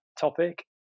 topic